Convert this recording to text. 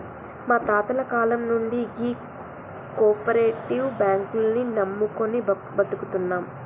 మా తాతల కాలం నుండి గీ కోపరేటివ్ బాంకుల్ని నమ్ముకొని బతుకుతున్నం